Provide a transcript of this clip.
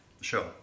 sure